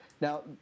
Now